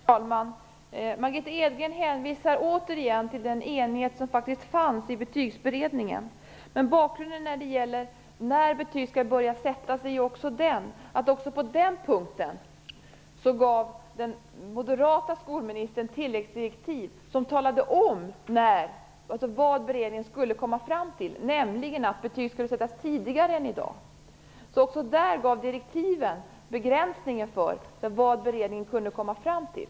Herr talman! Margitta Edgren hänvisar återigen till den enighet som faktiskt rådde i Betygsberedningen om när betyg skulle införas. Men bakgrunden till frågan är att den moderata skolministern också på den punkten gav tilläggsdirektiv som angav vad beredningen skulle komma fram till, nämligen att betyg skulle sättas tidigare än vad som gäller i dag. Också där innebar direktiven en begränsning när det gällde vad beredningen kunde komma fram till.